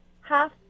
half